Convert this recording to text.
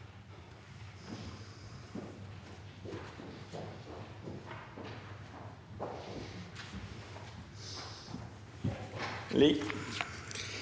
sitt.